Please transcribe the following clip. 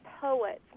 poets